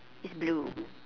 is blue